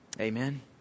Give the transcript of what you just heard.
Amen